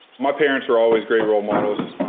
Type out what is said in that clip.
my parents were always great role models.